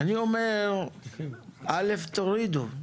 אני אומר, ראשית, שתורידו.